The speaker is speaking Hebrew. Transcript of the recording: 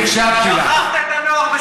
את לא הקשבת.